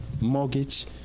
mortgage